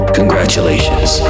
congratulations